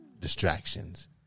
distractions